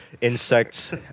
Insects